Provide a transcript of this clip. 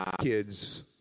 kids